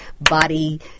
body